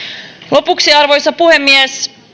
lopuksi arvoisa puhemies